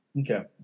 Okay